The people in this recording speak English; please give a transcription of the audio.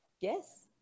Yes